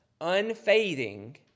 unfading